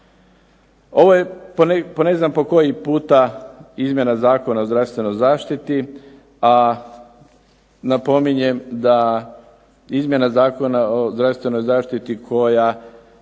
Ovo je po ne znam koji puta izmjena Zakona o zdravstvenoj zaštiti, a napominjem da izmjena Zakona o zdravstvenoj zaštiti koja